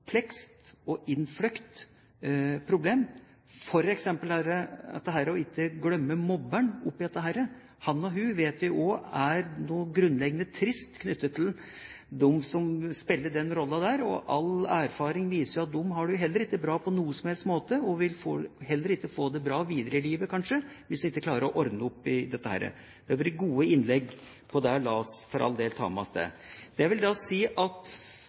komplekst og innfløkt problem. For eksempel dette med ikke å glemme mobberen: Vi vet at det er noe grunnleggende trist knyttet til han eller hun som spiller den rollen der. All erfaring viser at de har det heller ikke bra på noen som helst måte, og de vil kanskje heller ikke få det bra videre i livet hvis de ikke klarer å ordne opp i dette. Det har vært gode innlegg rundt dette, og la oss for all del ta med oss det. I inngangen videre til debatten som vil komme, vil jeg signalisere at